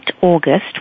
August